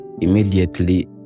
immediately